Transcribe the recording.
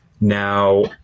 Now